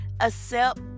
accept